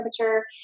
temperature